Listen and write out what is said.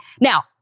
Now